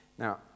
Now